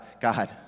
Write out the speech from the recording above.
God